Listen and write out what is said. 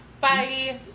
bye